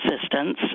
assistance